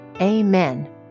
Amen